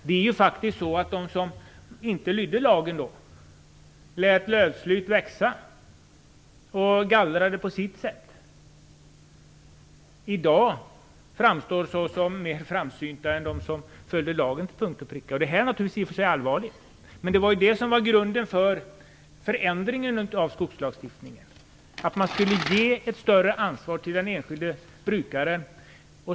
De som inte lydde lagen då, lät lösslyn växa och gallrade på sitt sätt framstår i dag faktiskt som mer framsynta än de som följde lagen till punkt och pricka. Det är i och för sig allvarligt, men det var det som var grunden för förändringen av skogslagstiftningen. Man skulle ge ett större ansvar till den enskilde brukaren.